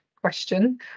question